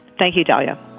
thank you know you